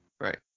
Right